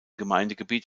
gemeindegebiet